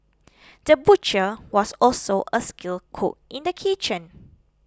the butcher was also a skilled cook in the kitchen